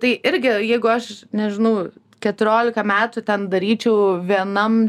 tai irgi jeigu aš nežinau keturiolika metų ten daryčiau vienam